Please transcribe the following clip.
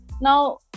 now